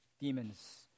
demons